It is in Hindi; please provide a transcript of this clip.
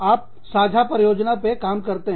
आप साझा परियोजना पर काम करते हैं